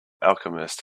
alchemist